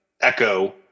echo